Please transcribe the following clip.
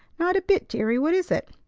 not a bit, deary what is it?